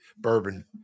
bourbon